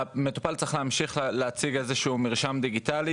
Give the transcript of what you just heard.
המטופל צריך להמשיך להציג איזה שהוא מרשם דיגיטלי.